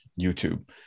YouTube